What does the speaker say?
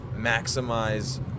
maximize